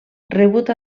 rebut